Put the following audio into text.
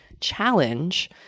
challenge